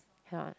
cannot